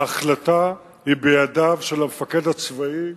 ההחלטה היא בידיו של המפקד הצבאי,